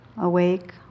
awake